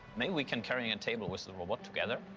maybe we can carry a and table with the robot together?